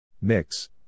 Mix